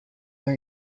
are